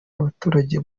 abaturage